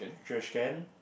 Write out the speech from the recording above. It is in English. trash can